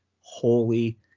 holy